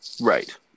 right